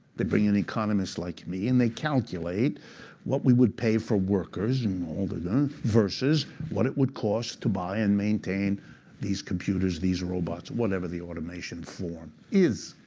they bring in economists like me, and they calculate what we would pay for workers and all that um versus what it would cost to buy and maintain these computers, these robots, whatever the automation form is.